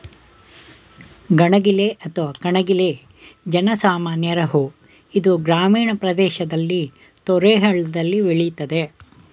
ಗಣಗಿಲೆ ಅಥವಾ ಕಣಗಿಲೆ ಜನ ಸಾಮಾನ್ಯರ ಹೂ ಇದು ಗ್ರಾಮೀಣ ಪ್ರದೇಶದಲ್ಲಿ ತೊರೆ ಹಳ್ಳದಲ್ಲಿ ಬೆಳಿತದೆ